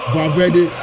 Valverde